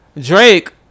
Drake